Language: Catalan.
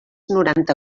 noranta